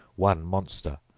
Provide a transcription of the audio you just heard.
one monster,